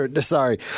sorry